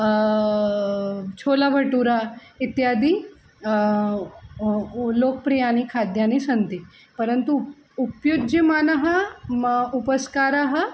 छोलभटुरा इत्यादि लोकप्रियानि खाद्यानि सन्ति परन्तु उपयुज्यमानः मम उपस्काराः